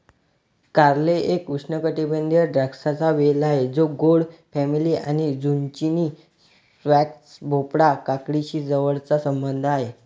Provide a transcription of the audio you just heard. कारले एक उष्णकटिबंधीय द्राक्षांचा वेल आहे जो गोड फॅमिली आणि झुचिनी, स्क्वॅश, भोपळा, काकडीशी जवळचा संबंध आहे